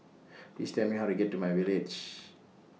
Please Tell Me How to get to MyVillage